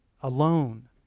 alone